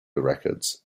records